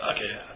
Okay